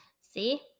See